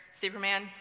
Superman